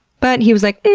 but, he was like, eehhh,